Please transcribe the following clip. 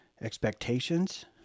expectations